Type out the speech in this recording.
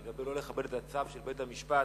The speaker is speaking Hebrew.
שלא לכבד את הצו של בית-המשפט,